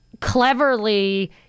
cleverly